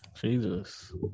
Jesus